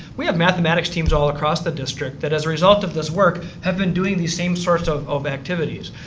we have mathematics teams all across the district that as a result of this work have been doing the same sorts of of activities.